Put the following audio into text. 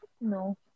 No